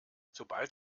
sobald